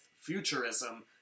futurism